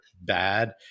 bad